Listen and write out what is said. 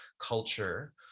culture